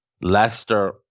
Leicester